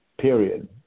period